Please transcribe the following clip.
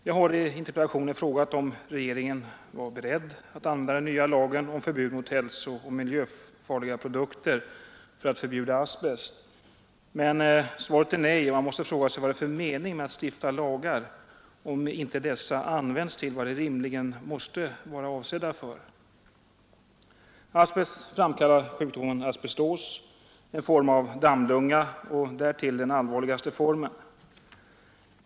Jag har i interpellationen frågat om regeringen var beredd att använda den nya lagen om förbud mot hälsooch miljöfarliga produkter för att förbjuda asbest, men svaret är nej. Man måste då fråga sig vad det är för mening med att stifta lagar om dessa inte används till vad de rimligen måste vara avsedda för. Asbest framkallar sjukdomen asbestos, en form av dammlunga och därtill den allvarligaste formen.